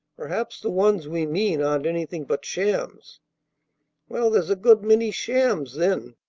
perhaps the ones we mean aren't anything but shams. well, there's a good many shams, then.